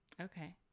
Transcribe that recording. Okay